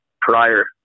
prior